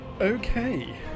okay